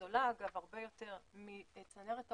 וזולה אגב הרבה יותר מצנרת ההולכה,